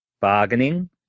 bargaining